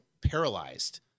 paralyzed